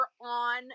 on